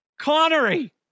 connery